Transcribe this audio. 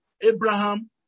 Abraham